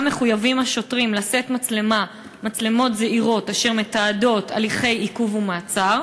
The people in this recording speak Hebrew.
מחויבים השוטרים לשאת מצלמות זעירות אשר מתעדות הליכי עיכוב ומעצר?